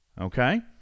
Okay